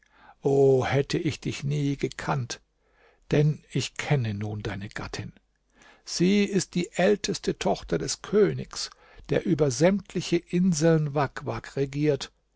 hätte ich dich nie gekannt denn ich kenne nun deine gattin sie ist die älteste tochter des königs der über sämtliche inseln wak wak regiert